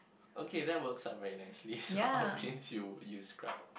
okay that works out are very nicely so I'll rinse you you scrub